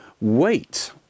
wait